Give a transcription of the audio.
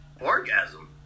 orgasm